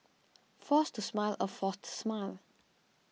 force to smile a forced smile